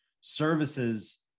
services